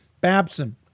Babson